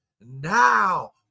now